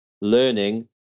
learning